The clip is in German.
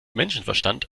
menschenverstand